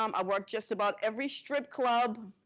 um i worked just about every strip club